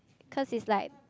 cause it's like